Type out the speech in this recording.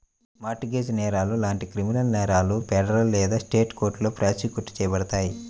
mart gauge నేరాలు లాంటి criminal నేరాలు ఫెడరల్ లేదా స్టేట్ కోర్టులో ప్రాసిక్యూట్ చేయబడతాయి